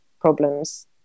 problems